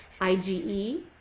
IgE